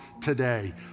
today